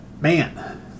man